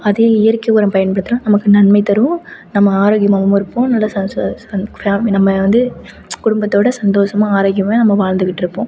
அதே இயற்கை உரம் பயன்படுத்துனா நமக்கு நன்மை தரும் நம்ம ஆரோக்கியமாகவும் இருப்போம் நல்ல ச ஃபேம் நம்ம வந்து குடும்பத்தோடய சந்தோசமாக ஆரோக்கியமாக நம்ம வாழ்ந்துக்கிட்டுருப்போம்